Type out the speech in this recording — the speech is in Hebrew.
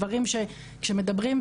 דברים שאנחנו מכירים מהשטח כשמדברים עם